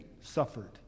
suffered